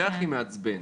זה הכי מעצבן.